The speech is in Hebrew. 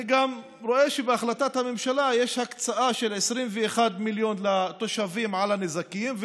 אני גם רואה שבהחלטת הממשלה יש הקצאה של 21 מיליון על הנזקים לתושבים,